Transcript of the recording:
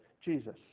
Jesus